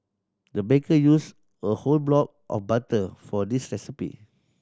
the baker used a whole block of butter for this recipe